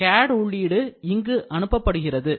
CAD உள்ளீடு இங்கு அனுப்பப்படுகிறது